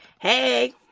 Hey